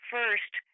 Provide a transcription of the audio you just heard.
First